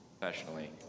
professionally